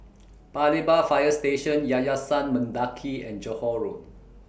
Paya Lebar Fire Station Yayasan Mendaki and Johore Road